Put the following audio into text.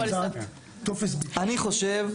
אני חושב,